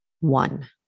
One